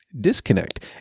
disconnect